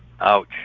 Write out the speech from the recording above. Ouch